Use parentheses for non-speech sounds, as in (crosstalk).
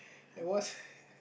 eh what (laughs)